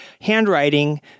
handwriting